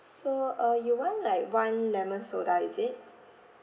so uh you want like one lemon soda is it